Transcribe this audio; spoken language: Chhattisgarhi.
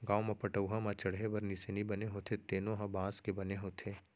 गाँव म पटअउहा म चड़हे बर निसेनी बने होथे तेनो ह बांस के बने होथे